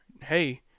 hey